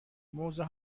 موزه